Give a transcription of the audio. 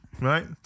Right